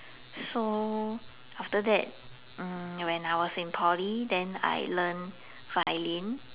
so after that mm when I was in poly then I learn violin